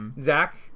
Zach